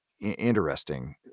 interesting